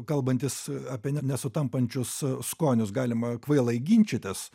kalbantis apie ne nesutampančius skonius galima kvailai ginčytis